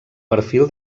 perfil